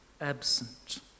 absent